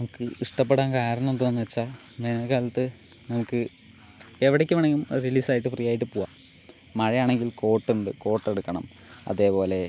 നമുക്ക് ഇഷ്ടപ്പെടാൻ കാരണം എന്തുവാണെന്ന് വച്ചാൽ വേനൽക്കാലത്ത് നമുക്ക് എവിടേയ്ക്ക് വേണമെങ്കിലും റിലീസ് ആയിട്ട് ഫ്രീ ആയിട്ടു പോവാം മഴയാണെങ്കിൽ കോട്ട് ഉണ്ട് കോട്ട് എടുക്കണം അതേപോലെ